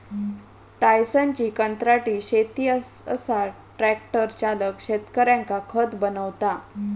टायसनची कंत्राटी शेती असा ट्रॅक्टर चालक शेतकऱ्यांका खत बनवता